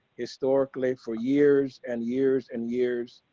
historically, for years. and years and years.